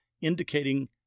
indicating